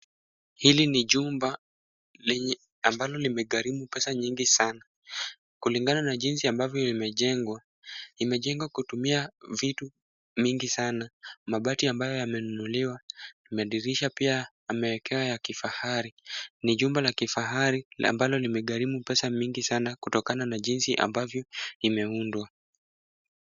Hili ni jumba lenye ambalo limegharimu pesa nyingi sana. Kulingana na jinsi ambavyo imejengwa, imejengwa kutumia vitu vingi sana, mabati ambayo yamenunuliwa. Madirisha pia yamewekewa ya kifahari. Ni jumba la kifahari ambalo limegharimu pesa nyingi sana kutokana na jinsi ambavyo imeundwa.